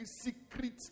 secret